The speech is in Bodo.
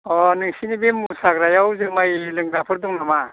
अ नोंसिनि बे मोसाग्रायाव जुमाइ लोंग्राफोर दं नामा